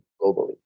globally